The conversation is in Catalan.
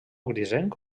grisenc